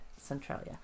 Centralia